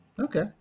Okay